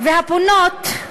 והפונות,